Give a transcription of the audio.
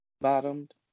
bottomed